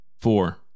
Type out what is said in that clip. Four